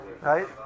right